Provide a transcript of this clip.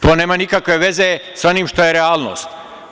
To nema nikakve veze sa onim što je realnost.